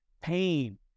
pain